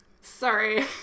Sorry